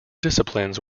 disciplines